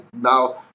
now